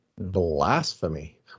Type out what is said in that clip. Blasphemy